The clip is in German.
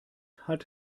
hat